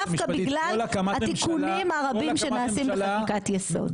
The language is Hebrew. דווקא בגלל התיקונים הרבים שנעשים בחקיקת יסוד.